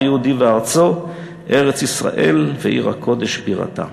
היהודי וארצו ארץ-ישראל ועיר הקודש בירתה.